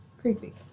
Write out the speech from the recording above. Creepy